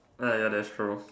uh ya that's true